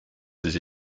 ses